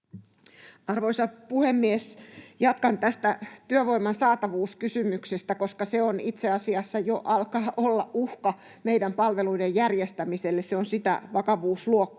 Arvoisa puhemies! Jatkan tästä työvoiman saatavuuskysymyksestä, koska se itse asiassa alkaa jo olla uhka meidän palveluiden järjestämiselle, se on sitä vakavuusluokkaa.